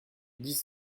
dix